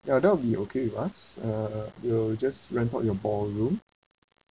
ya that will be okay with us uh we will just rent out your ballroom